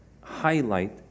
highlight